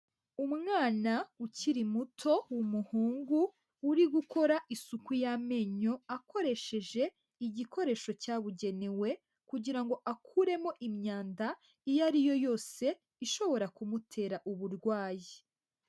Umwana ukiri muto w'umuhungu uri gukora isuku y'amenyo akoresheje igikoresho cyabugenewe kugira akuremo imyanda iyo ari yo yose ishobora kumutera uburwayi.